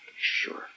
Sure